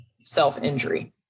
self-injury